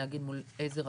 להגיד מול איזה רשויות.